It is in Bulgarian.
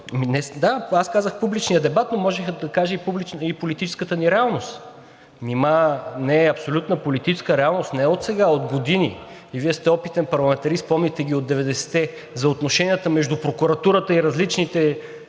Да, аз казах „публичният дебат“, но можех да кажа: „и политическата ни реалност“. Нима не е абсолютна политическата реалност не отсега, от години. Вие сте опитен парламентарист – помните ги от 90-те, за отношенията между прокуратурата и различните